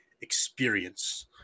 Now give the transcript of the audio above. experience